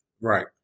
Right